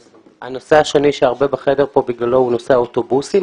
הנושא השני שהרבה בחדר כאן בגללו הוא נושא האוטובוסים.